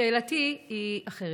שאלתי היא אחרת.